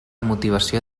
motivació